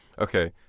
Okay